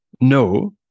No